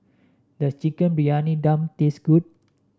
does Chicken Briyani Dum taste good